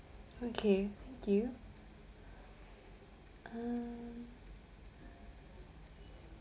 okay thank you uh